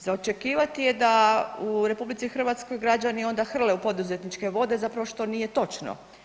Za očekivati je da u RH građani onda hrle u poduzetničke vode zapravo što nije točno.